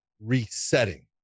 resetting